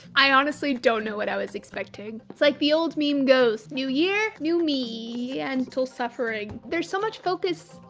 i honestly don't know what i was expecting. it's like the old meme goes, new year, new me. and ntal suffering. there's so much focus,